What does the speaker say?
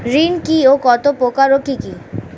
ঋণ কি ও কত প্রকার ও কি কি?